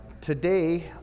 Today